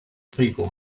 people